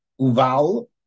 Uval